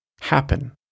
happen